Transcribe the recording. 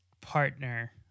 partner